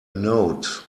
note